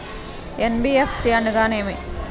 NBFC అనగా ఏమిటీ?